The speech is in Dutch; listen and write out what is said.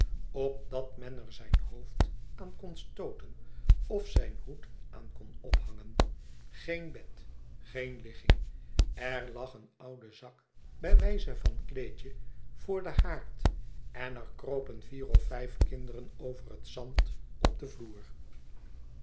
opdat men er zijn hoofd aan kon stooten of zijn hoed aan kon ophangen geen bed geen ligging er lag een oude zak bij wijze van kleedje voor den haard en er kropen vier of vijf kinderen over het zand op den vloer